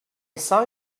saw